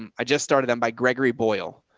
um i just started them by gregory boyle.